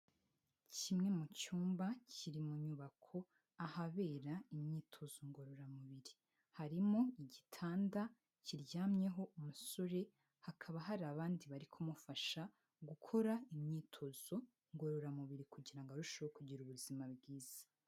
Kimwe mu cyumba kiri mu nyubako ahabera imyitozo ngororamubiri. Harimo igitanda kiryamyeho umusore, hakaba hari abandi bari kumufasha gukora imyitozo ngororamubiri kugira ngo arusheho kugira ubuzima bwiza.